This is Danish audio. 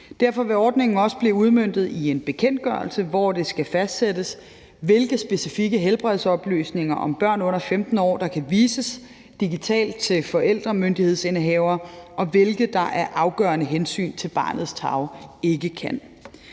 Derfor vil ordningen også blive udmøntet i en bekendtgørelse, hvor det skal fastsættes, hvilke specifikke helbredsoplysninger om børn under 15 år der kan vises digitalt til forældremyndighedsindehavere, og hvilke der af afgørende hensyn til barnets tarv ikke kan.